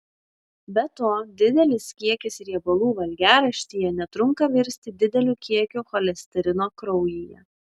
be to didelis kiekis riebalų valgiaraštyje netrunka virsti dideliu kiekiu cholesterino kraujyje